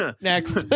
Next